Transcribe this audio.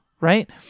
right